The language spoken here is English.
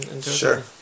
Sure